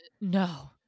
No